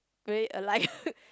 very alike